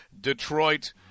Detroit